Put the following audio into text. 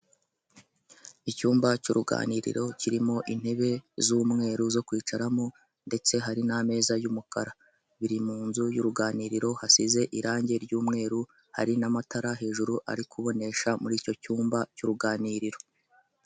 Icyumba cy'uruganiriro kirimo intebe z'umweru zo kwicaramo ndetse hari n'ameza y'umukara, biri mu nzu y'uruganiriro hasize irangi ry'umweru hari n'amatara hejuru ari kubonesha muri icyo cyumba cy'uruganiriro.